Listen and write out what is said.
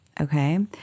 Okay